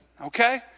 Okay